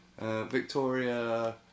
Victoria